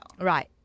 Right